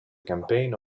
campaign